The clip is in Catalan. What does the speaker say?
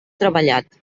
treballat